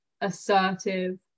assertive